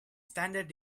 standard